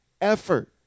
effort